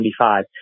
1975